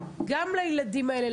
גם לילדים האלה,